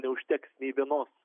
neužteks nei vienos